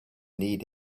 need